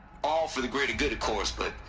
all for the greater good of course, but.